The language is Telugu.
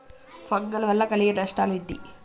ఫంగల్ వల్ల కలిగే నష్టలేంటి?